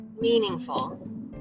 meaningful